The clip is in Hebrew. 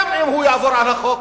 גם אם הוא יעבור על החוק